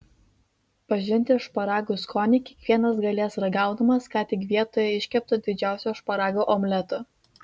pažinti šparagų skonį kiekvienas galės ragaudamas ką tik vietoje iškepto didžiausio šparagų omleto